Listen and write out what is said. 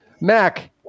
mac